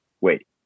wait